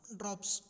drops